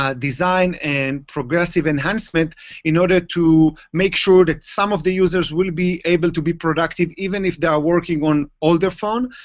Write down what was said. ah design and progressive enhancement in order to make sure that some of the users will be able to be productive, even if they are working on older phone,